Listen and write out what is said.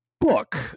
book